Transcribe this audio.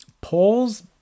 polls